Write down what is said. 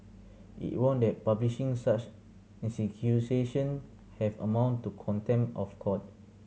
it warned that publishing such have amount to contempt of court